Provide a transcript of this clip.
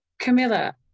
Camilla